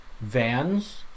vans